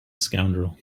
scoundrel